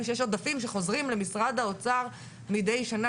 שיש עודפים שחוזרים למשרד האוצר מדי שנה,